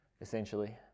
essentially